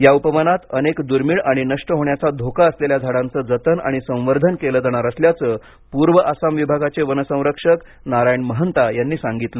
या उपवनात अनेक दुर्मीळ आणि नष्ट होण्याचा धोका असलेल्या झाडांचं जतन आणि संवर्धन केलं जाणार असल्याचं पूर्व आसाम विभागाचे वन संरक्षक नारायण महंता यांनी सांगितलं